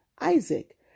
Isaac